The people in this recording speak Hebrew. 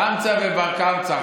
קמצא ובר-קמצא.